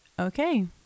okay